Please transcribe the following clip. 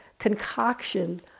concoction